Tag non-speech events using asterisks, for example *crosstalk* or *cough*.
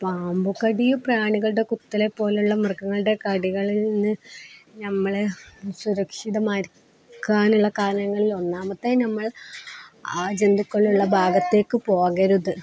പാമ്പുകടിയും പ്രാണികളുടെ കുത്തല് പോലെയുള്ള മൃഗങ്ങളുടെ കടികളിൽ നിന്ന് നമ്മള് സുരക്ഷിതമായിരിക്കാനുള്ള *unintelligible* ഒന്നാമത്തേത് നമ്മൾ ആ ജന്തുക്കളുള്ള ഭാഗത്തേക്ക് പോകരുത്